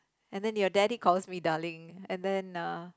and then your daddy calls me darling and then uh